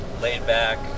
laid-back